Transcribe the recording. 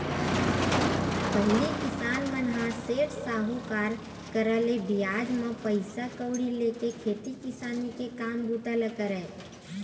पहिली किसान मन ह सेठ, साहूकार करा ले बियाज म पइसा कउड़ी लेके खेती किसानी के काम बूता ल करय